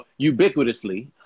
ubiquitously